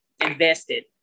invested